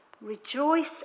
rejoice